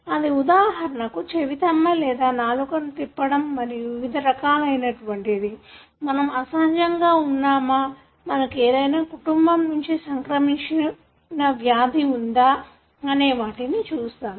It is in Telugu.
అది ఉదాహరణకు చెవితమ్మ లేదా నాలుకను తిప్పడం మరియు వివిధ రకాలైనటువంటిదిమనం అసహజంగా ఉన్నామా మనకు ఏదైనా కుటుంబం నుండి సంక్రమించిన వ్యాధి ఉందా అనే వాటిని చూస్తాము